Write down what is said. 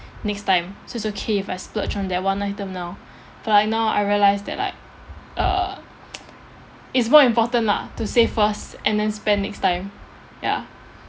next time so it's okay if I splurge on that one item now but like now I realised that like uh it's more important lah to save first and then spend next time ya